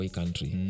country